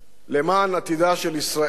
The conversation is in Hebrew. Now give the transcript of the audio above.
למען עתידה של ישראל,